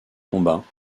combats